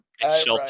shelter